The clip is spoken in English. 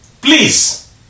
please